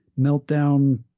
Meltdown